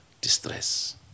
distress